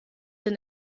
den